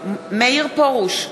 מאיר פרוש,